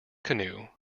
canoe